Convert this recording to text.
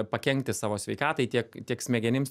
pakenkti savo sveikatai tiek tiek smegenims